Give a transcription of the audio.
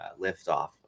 liftoff